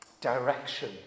direction